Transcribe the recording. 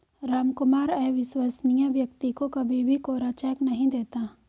रामकुमार अविश्वसनीय व्यक्ति को कभी भी कोरा चेक नहीं देता